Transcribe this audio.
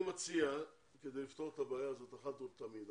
אני מציע כדי לפתור את הבעיה הזאת אחת ולתמיד,